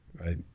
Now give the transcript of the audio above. right